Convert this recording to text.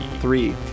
Three